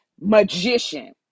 magician